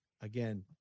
again